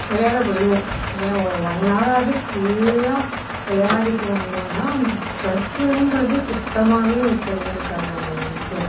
விளையாட போயிடுவோம் விளையா ஒரு ஒன் அவராது ஃபுல்லாக விளையாடிவிட்டு வந்தோன்னால் அந்த ஸ்ட்ரெஸ்ஸுன்றது சுத்தமாகவே இருக்கவே இருக்காது நம்ம மனசில்